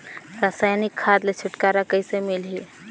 रसायनिक खाद ले छुटकारा कइसे मिलही?